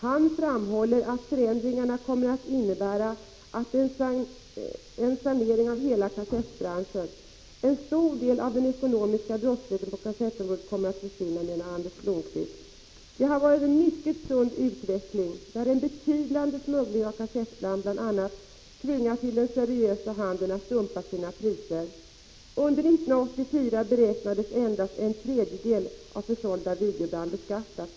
Han framhåller att förändringarna kommer att innebära en sanering av hela kassettbranschen. Anders Blomqvist menar att en stor del av den ekonomiska brottsligheten på kassettområdet kommer att försvinna. Vidare framhålls följande: Det har varit en mycket sund utveckling, där en betydande smuggling av kassettband bl.a. tvingat den seriösa handeln att dumpa sina priser. Under 1984 beräknades endast en tredjedel av försålda videoband ha beskattats.